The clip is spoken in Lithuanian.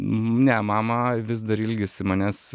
ne mama vis dar ilgisi manęs